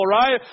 right